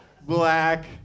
black